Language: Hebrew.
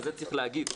וזה צריך להגיד,